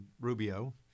Rubio